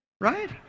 Right